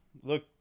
look